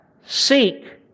seek